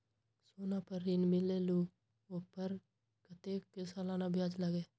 सोना पर ऋण मिलेलु ओपर कतेक के सालाना ब्याज लगे?